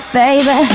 baby